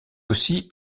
aussi